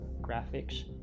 graphics